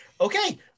Okay